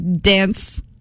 dance